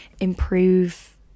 improve